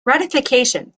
ratification